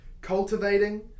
cultivating